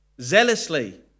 zealously